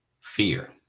fear